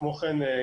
כמו כן,